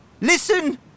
Listen